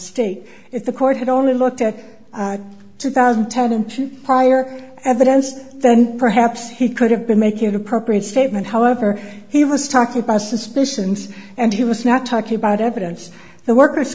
state if the court had only looked at two thousand temp prior evidence then perhaps he could have been making an appropriate statement however he was talking about suspicions and he was not talking about evidence the workers